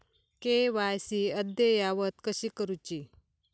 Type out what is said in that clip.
KYC अद्ययावत कशी करुची?